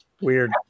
Weird